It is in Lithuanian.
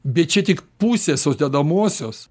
bet čia tik pusė sudedamosios